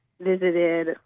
visited